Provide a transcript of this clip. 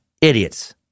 Idiots